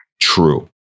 true